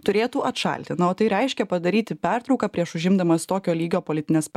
turėtų atšalti na o tai reiškia padaryti pertrauką prieš užimdamas tokio lygio politines p